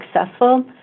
successful